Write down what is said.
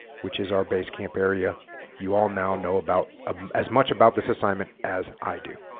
which is our base camp area you all now know about ah as much about this assignment as i do